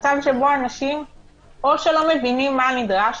מצב שבו אנשים או שלא מבינים מה נדרש